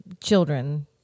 children